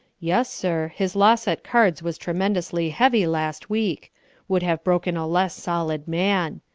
yes, sir his loss at cards was tremendously heavy last week would have broken a less solid man.